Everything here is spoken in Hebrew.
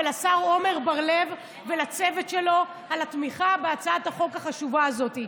ולשר עמר בר לב ולצוות שלו על התמיכה בהצעת החוק החשובה הזאת.